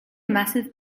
massive